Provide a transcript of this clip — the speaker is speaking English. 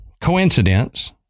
coincidence